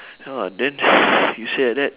!wah! then you say like that